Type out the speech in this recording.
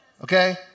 okay